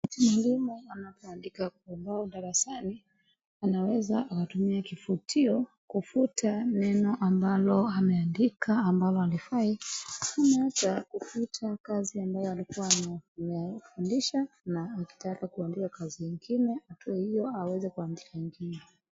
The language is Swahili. Mwalimu anapoandika kwa bao darasani, anaweza akatumia kifutio kufuta neno ambalo ameandika ambalo halifai, ama hata kufuta kazi ambayo alikuwa amewafundisha na akitaka kuandika kazi ingine, atoe hiyo aweze kuandika ingine.